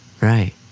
Right